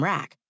Rack